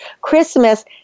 Christmas